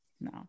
No